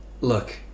look